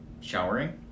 showering